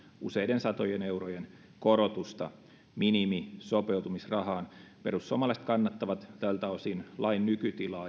useiden satojen eurojen korotusta minimisopeutumisrahaan perussuomalaiset kannattavat tältä osin lain nykytilaa